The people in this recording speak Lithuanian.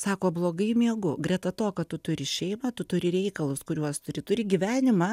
sako blogai miegu greta to kad tu turi šeimą tu turi reikalus kuriuos turi turi gyvenimą